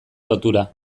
lotura